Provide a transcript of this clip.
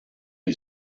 who